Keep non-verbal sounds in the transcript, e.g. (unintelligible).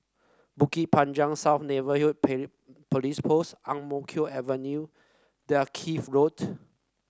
Bukit Panjang South Neighbourhood (unintelligible) Police Post Ang Mo Kio Avenue Dalkeith Road